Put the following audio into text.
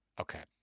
okay